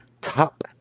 top